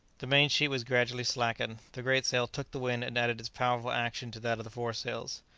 the main-sheet was gradually slackened, the great sail took the wind and added its powerful action to that of the fore-sails.